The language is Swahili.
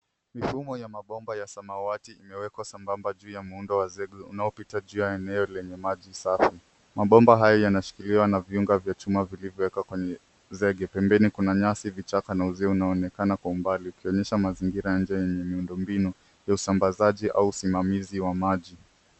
Mifumo ya mabomba ya samawati imewekwa sambamba juu ya muundo wa zege unaopita juu ya eneo lenye maji safi. Mabomba hayo yanashikiliwa na viunga vya chuma vilivyowekwa kwenye zege. Pembeni kuna nyasi, vichaka na uzio unaonekana kwa umbali ukionyesha mazingira ya nje yenye miundombinu ya usambazaji au usimamizi wa maji.